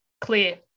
clear